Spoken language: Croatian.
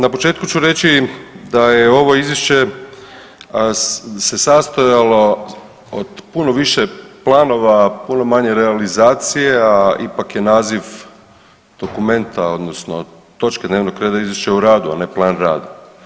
Na početku ću reći da je ovo izvješće se sastojalo od puno više planova, puno manje realizacije, a ipak je naziv dokumenta odnosno točke dnevnog reda izvješće o radu, a ne plan rada.